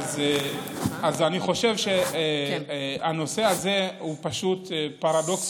אז אני חושב שהנושא הזה הוא פשוט פרדוקס